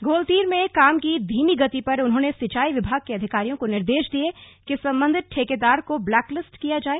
घोलतीर में काम की धीमी गति पर उन्होंने सिंचाई विभाग के अधिकारियों को निर्देश दिए कि संबंधित ठेकेदार को ब्लैकलिस्ट किया जाए